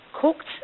cooked